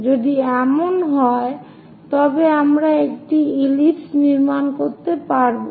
যদি এমন হয় তবে আমরা একটি ইলিপস নির্মাণ করতে পারবো